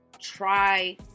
try